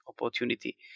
opportunity